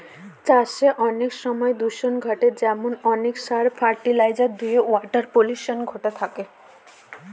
চাষে অনেক সময় দূষন ঘটে যেমন অনেক সার, ফার্টিলাইজার ধূয়ে ওয়াটার পলিউশন ঘটে থাকে